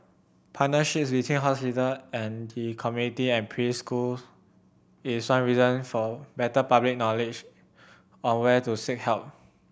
partnerships between hospital and the community and preschool is one reason for better public knowledge on where to seek help